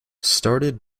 started